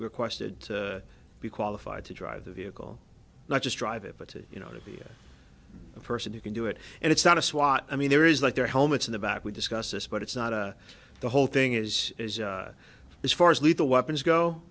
requested to be qualified to drive a vehicle not just drive it but to you know to be the person who can do it and it's not a swat i mean there is like their helmets in the back we discussed this but it's not the whole thing is as far as lethal weapons go